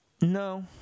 no